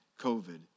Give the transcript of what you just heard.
COVID